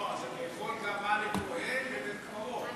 אתה יכול גם: מה לכוהן בבית-קברות?